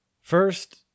first